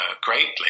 greatly